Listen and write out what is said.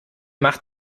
macht